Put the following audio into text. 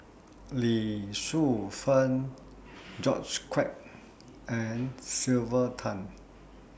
Lee Shu Fen George Quek and Sylvia Tan